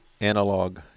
Analog